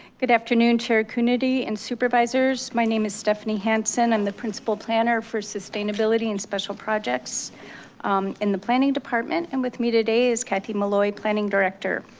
good afternoon chair coonerty and supervisors. my name is stephanie hanson i'm the principal planner for sustainability and special projects in the planning department and with me today is cathy malloy, planning director.